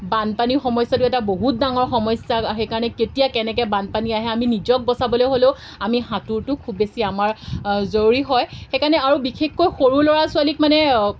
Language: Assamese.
বানপানীৰ সমস্যাটো এটা বহুত ডাঙৰ সমস্যা সেইকাৰণে কেতিয়া কেনেকৈ বানপানী আহে আমি নিজক বচাবলৈ হ'লেও আমি সাঁতোৰটো খুব বেছি আমাৰ জৰুৰী হয় সেইকাৰণে আৰু বিশেষকৈ সৰু ল'ৰা ছোৱালীক মানে